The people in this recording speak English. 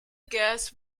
guess